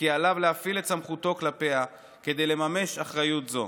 וכי עליו להפעיל את סמכותו כלפיה כדי לממש אחריות זו.